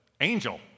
angel